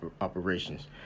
operations